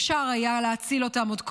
אפשר היה להציל אותם עוד קודם,